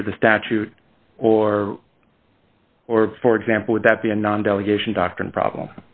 under the statute or or for example would that be a non delegation doctrine problem